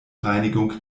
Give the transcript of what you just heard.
reinigung